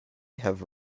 have